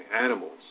animals